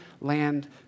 land